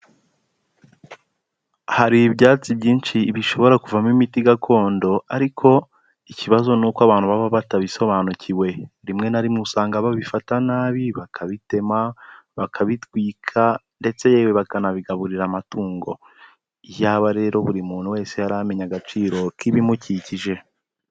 Hari ibyatsi byinshi bishobora kuvamo imiti gakondo ariko ikibazo ni uko abantu baba batabisobanukiwe, rimwe na rimwe usanga babifata nabi bakabitema, bakabitwika ndetse yewe bakanabigaburira amatungo, iyaba rero buri muntu wese yari amenye agaciro k'ibimukikije.